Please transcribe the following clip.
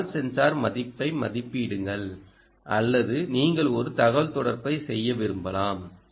அந்த hall sensor மதிப்பை மதிப்பிடுங்கள் அல்லது நீங்கள் ஒரு தகவல்தொடர்பை செய்ய விரும்பலாம்